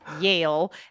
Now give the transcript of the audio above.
Yale